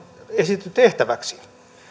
esitetty tehtäväksi